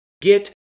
get